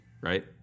right